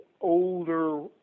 older